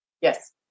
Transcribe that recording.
yes